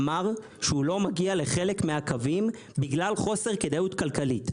אמר שהוא לא מגיע לחלק מהקווים בגלל חוסר כדאיות כלכלית.